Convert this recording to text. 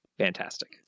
fantastic